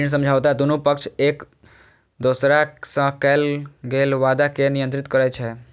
ऋण समझौता दुनू पक्ष द्वारा एक दोसरा सं कैल गेल वादा कें नियंत्रित करै छै